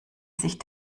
sich